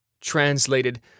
Translated